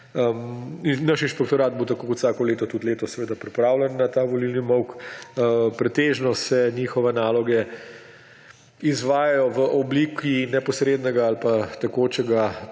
Naš inšpektorat bo tako kot vsako leto tudi letos pripravljen na ta volilni molk. Pretežno se njihove naloge izvajajo v obliki neposrednega ali tekoče